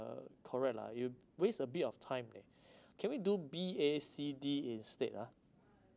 uh correct lah you'll waste a bit of time eh can we do B A C D instead ah